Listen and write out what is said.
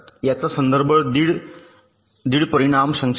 याचा संदर्भ दीड दीड परिमाण संक्षेप